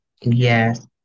Yes